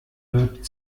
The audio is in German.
wird